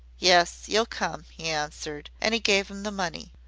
yes, you'll come, he answered, and he gave him the money.